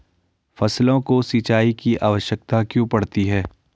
फसलों को सिंचाई की आवश्यकता क्यों पड़ती है?